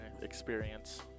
experience